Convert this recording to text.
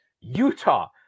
Utah